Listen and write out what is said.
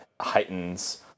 heightens